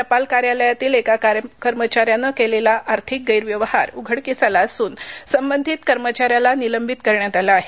टपाल कार्यालयातील एका कर्मचाऱ्यानं केलेला आर्थिक गैरव्यवहार उघडकीस आला असून संबंधित कर्मचाऱ्यास निलंबित करण्यात आले आहे